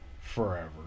forever